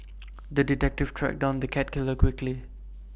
the detective tracked down the cat killer quickly